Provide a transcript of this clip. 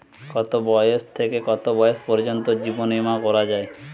কতো বয়স থেকে কত বয়স পর্যন্ত জীবন বিমা করা যায়?